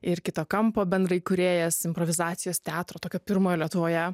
ir kito kampo bendraįkūrėjas improvizacijos teatro tokio pirmojo lietuvoje